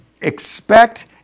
Expect